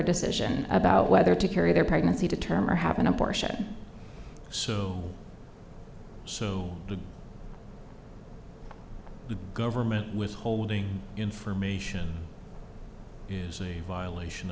decision about whether to carry their pregnancy to term or happen abortion so so the government withholding information violation of